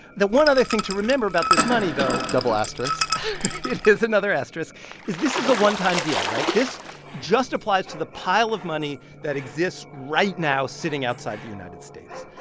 the one other thing to remember about this money, though. double asterisks yes, another asterisk is this is a one-time deal. right? this just applies to the pile of money that exists right now sitting outside the united states.